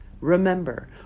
Remember